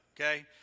okay